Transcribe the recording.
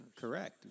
Correct